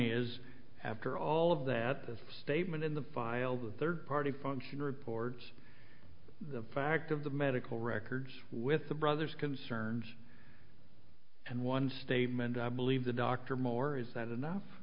is after all of that this statement in the file the third party function reports the fact of the medical records with the brothers concerns and one statement i believe the doctor more or is that no